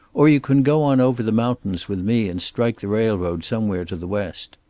or you can go on over the mountains with me and strike the railroad somewhere to the west.